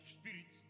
spirit